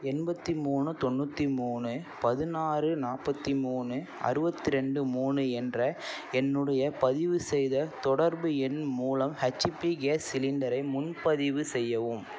எண்பத்து மூணு தொண்ணூற்றி மூணு பதினாறு நாற்பத்தி மூணு அறுபத்ரெண்டு மூணு என்ற என்னுடைய பதிவு செய்த தொடர்பு எண் மூலம் ஹச்பி கேஸ் சிலிண்டரை முன்பதிவு செய்யவும்